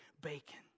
bacon